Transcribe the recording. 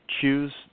Choose